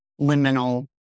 liminal